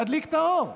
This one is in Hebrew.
להדליק את האור,